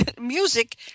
music